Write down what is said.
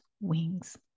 wings